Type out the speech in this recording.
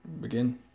begin